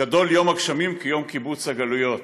"גדול יום הגשמים כיום קיבוץ הגלויות,